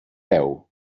peu